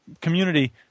community